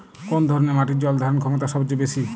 কোন ধরণের মাটির জল ধারণ ক্ষমতা সবচেয়ে বেশি?